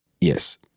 yes